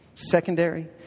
secondary